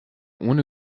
ohne